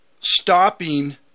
stopping